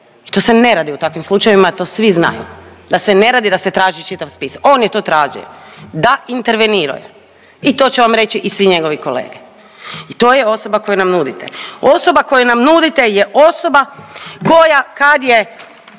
I to se ne radi u takvim slučajevima, to svi znaju, da se ne radi da se traži čitav spis. On je to tražio. Da, intervenirao je i to će vam reći i svi njegovi kolege i to je osoba koju nam nudite. Osoba koju nam nudite je osoba koja kad je